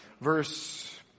verse